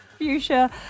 Fuchsia